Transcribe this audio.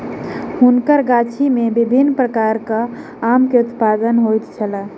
हुनकर गाछी में विभिन्न प्रकारक आम के उत्पादन होइत छल